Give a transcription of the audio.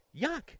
yuck